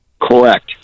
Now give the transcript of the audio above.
Correct